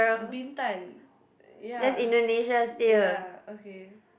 Bintan ya ya okay